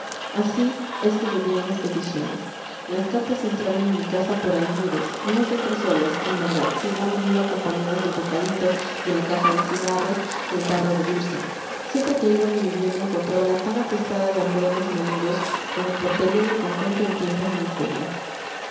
así es que llovían las peticiones las cartas entraban en mi casa por almudes no siempre solas en verdad sino a menudo acompañadas del bocadito de la caja de cigarros del tarro de dulce siempre que iba a mi vivienda encontrábala tan atestada de hambrones menudos como portería de convento en tiempos de miseria